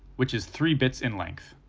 which is three bits in length.